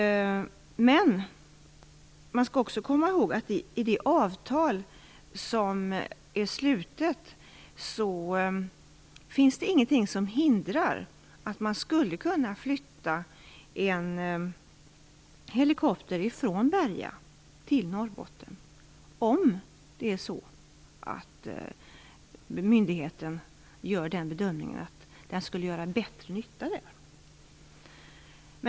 Men man skall också komma ihåg att det i det avtal som är slutet inte finns någonting som hindrar att man skulle kunna flytta en helikopter från Berga till Norrbotten om myndigheten bedömer att den skulle göra bättre nytta där.